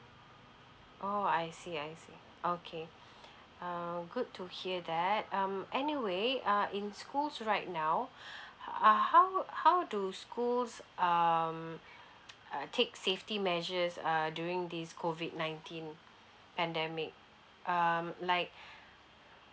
orh I see I see okay err good to hear that um anyway uh in schools right now ah how how do schools um uh take safety measures err during this COVID nineteen pandemic um like